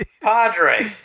Padre